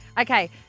Okay